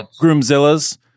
Groomzilla's